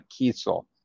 Kiesel